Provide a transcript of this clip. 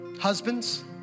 husbands